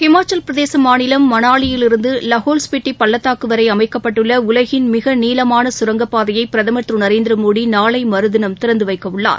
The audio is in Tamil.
ஹிமாச்சலபிரதேசமாநிலம் மளாலியிலிருந்துலஹோல் ஸ்பிட்டிபள்ளத்தாக்குவரை அமைக்கப்பட்டுள்ளஉலகின் மிகநீளமான சுரங்கப்பாதையை பிரதமர் திருநரேந்திரமோடிநாளைமறுதினம் திறந்துவைக்கவுள்ளார்